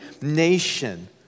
nation